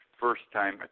first-time